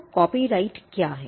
तो कॉपीराइट क्या है